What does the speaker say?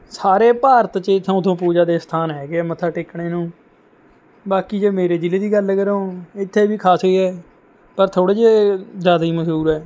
ਸਾਰੇ ਭਾਰਤ 'ਚ ਥਾਂ ਥਾਂ ਪੂਜਾ ਦੇ ਸਥਾਨ ਹੈਗੇ ਹੈ ਮੱਥਾ ਟੇਕਣ ਨੂੰ ਬਾਕੀ ਜੇ ਮੇਰੇ ਜ਼ਿਲ੍ਹੇ ਦੀ ਗੱਲ ਕਰੋ ਇੱਥੇ ਵੀ ਖਾਸੇ ਹੈ ਪਰ ਥੋੜ੍ਹੇ ਜਿਹੇ ਜ਼ਿਆਦਾ ਹੀ ਮਸ਼ਹੂਰ ਹੈ